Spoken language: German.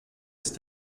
ist